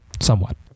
somewhat